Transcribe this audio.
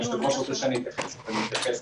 אם היושב-ראש רוצה שאני אתייחס אז אני אתייחס,